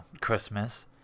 Christmas